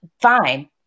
fine